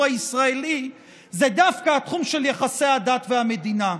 הישראלי זה דווקא התחום של יחסי הדת והמדינה.